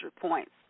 points